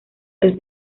los